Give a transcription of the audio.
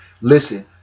Listen